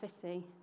city